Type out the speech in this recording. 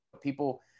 people